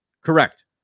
Correct